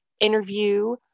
interview